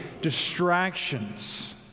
distractions